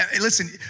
listen